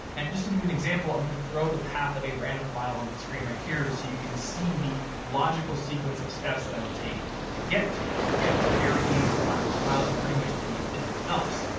and just to give you an example, i'm gonna throw the path of a random file onto the screen right here so you can see the logical sequence of steps that i would take to get to it. and again, it's very easy to find this file and pretty much anything else.